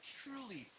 truly